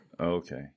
okay